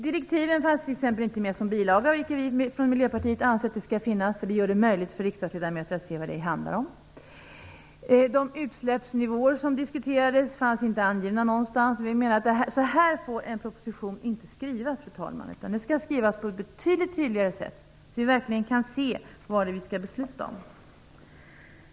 Direktiven fanns t.ex. inte med som bilaga, vilket vi i Miljöpartiet anser skall vara fallet. Det gör det möjligt för riksdagsledamöter att se vad det handlar om. De utsläppsnivåer som diskuterades fanns inte angivna någonstans. Vi menar att en proposition inte får skrivas så här, fru talman. Den skall skrivas på ett betydligt tydligare sätt så att vi verkligen kan se vad det är vi skall besluta om.